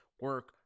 Work